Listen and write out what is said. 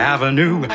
Avenue